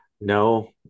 no